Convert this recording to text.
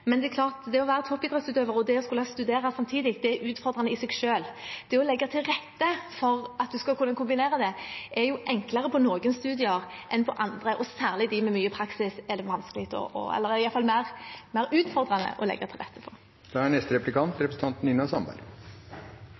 Men det er klart at det å være toppidrettsutøver og det å skulle studere samtidig er utfordrende i seg selv. Det å legge til rette for at en skal kunne kombinere det, er enklere på noen studier enn på andre, og særlig på studiene med mye praksis er det vanskelig – eller i hvert fall mer utfordrende – å legge til rette. Det er allerede et krav om å legge til rette for